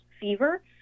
fever